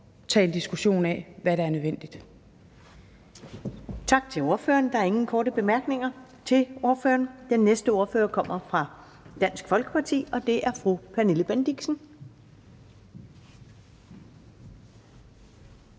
Første næstformand (Karen Ellemann): Tak til ordføreren. Der er ingen korte bemærkninger til ordføreren. Den næste ordfører kommer fra Dansk Folkeparti, og det er fru Pernille Bendixen.